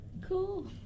Cool